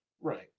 Right